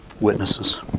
Witnesses